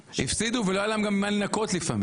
הפסידו וגם לא היה להם מה לנכות לפעמים,